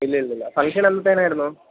ഇല്ലില്ലില്ല ഫങ്ങ്ഷന് എന്നായിരുന്നു